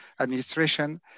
administration